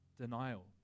denial